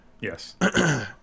Yes